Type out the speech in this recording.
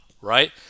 right